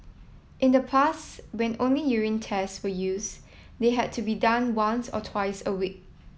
in the past when only urine tests were used they had to be done once or twice a week